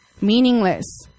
Meaningless